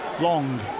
Long